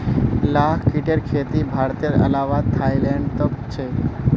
लाख कीटेर खेती भारतेर अलावा थाईलैंडतो ह छेक